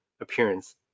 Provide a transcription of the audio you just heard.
appearance